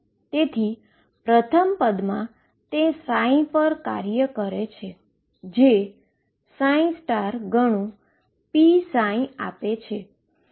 તેથી તે પ્રથમ પદમાં તે પર કાર્ય કરે છે જે ગણુ pψ આપે છે